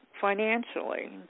financially